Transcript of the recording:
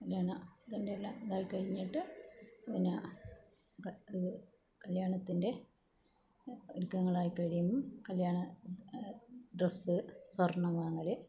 കല്യാണത്തിൻ്റെ എല്ലാം ഇതായിക്കഴിഞ്ഞിട്ട് പിന്നെ ഇത് കല്യാണത്തിൻ്റെ ഒരുക്കങ്ങളായി കഴിയും കല്യാണ ഡ്രസ്സ് സ്വർണം വാങ്ങൽ